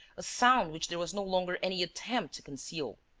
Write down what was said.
a sound which there was no longer any attempt to conceal.